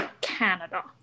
Canada